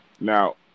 Now